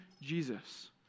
Jesus